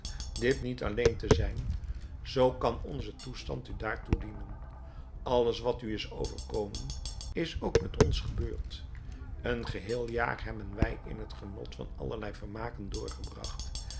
dit niet alleen te zijn zoo kan onze toestand u daartoe dienen alles wat u is overkomen is ook met ons gebeurd een geheel jaar hebben wij in het genot van allerlei vermaken doorgebracht